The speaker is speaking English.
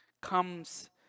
comes